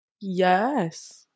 Yes